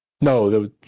No